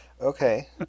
Okay